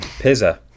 Pizza